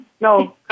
no